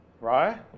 right